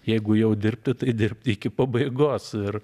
jeigu jau dirbti tai dirbti iki pabaigos ir